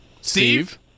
Steve